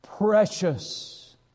Precious